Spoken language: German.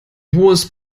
hohes